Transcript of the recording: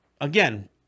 Again